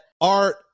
Art